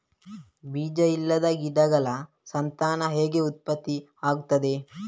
ಬೀಜ ಇಲ್ಲದ ಗಿಡಗಳ ಸಂತಾನ ಹೇಗೆ ಉತ್ಪತ್ತಿ ಆಗುತ್ತದೆ?